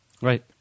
Right